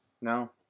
No